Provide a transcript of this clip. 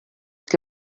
que